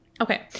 Okay